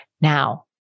Now